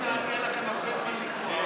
עוד מעט יהיה לכם הרבה זמן לקרוא.